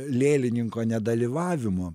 lėlininko nedalyvavimo